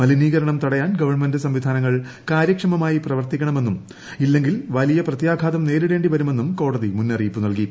മലിനീകരണം തടയാൻ ഗവൺമെന്റ് സംവിധാനങ്ങൾ കാര്യക്ഷമമായി പ്രവർത്തിക്കണമെന്നും ഇല്ലെങ്കിൽ വലിയ പ്രത്യാഘാതം നേരിടേണ്ടിവരുമെന്നും കോടതി മുന്നറിയിപ്പ് നൽകി